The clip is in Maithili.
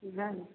जा ने